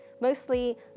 Mostly